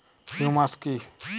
Humus কি?